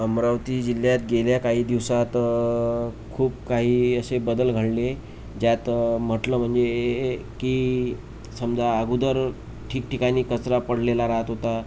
अमरावती जिल्ह्यात गेल्या काही दिवसात खूप काही असे बदल घडले ज्यात म्हटलं म्हणजे की समजा अगोदर ठिकठिकाणी कचरा पडलेला राहत होता